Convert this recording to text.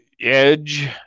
Edge